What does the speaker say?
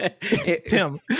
tim